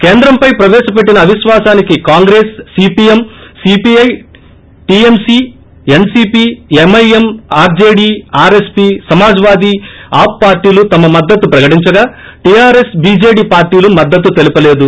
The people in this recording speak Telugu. కేంద్రంపై ప్రవేశపెట్టిన అవిశ్వాసానికి Congress CPM CPI TMC NCP MIM RJD RSP Samajwadi AAP పార్టీలు తమ మద్దతు ప్రకటించగా టీఆర్ఎస్ బీజేడీ పార్టీలు మద్దతు తెలపలేదు